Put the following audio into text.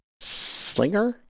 slinger